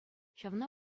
ҫавна